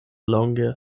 longe